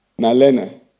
Nalena